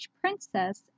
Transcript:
Princess